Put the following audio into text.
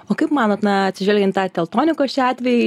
o kaip manot na atsižvelgiant į tą teltonikos čia atvejį